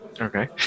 Okay